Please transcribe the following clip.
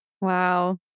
Wow